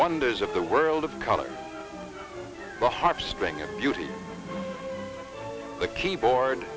wonders of the world of color the harp string of duty the keyboard